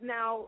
Now